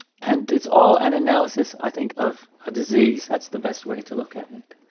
and it's all an analysis i think, of a disease. that's the best way to look at it.